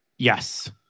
Yes